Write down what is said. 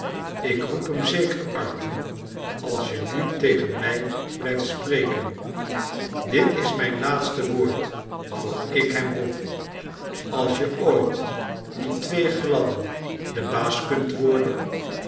ik roep hem zeker arthur als je nu tegen mij blijft spreken dit is mijn laatste woord voor ik hem roep als je ooit die twee gladden de baas kunt worden